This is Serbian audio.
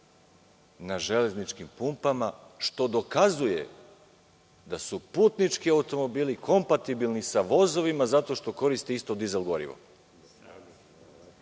na železničkim pumpama, što dokazuje da su putnički automobili kompatibilni sa vozovima zato što koriste isto dizel gorivo.